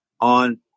on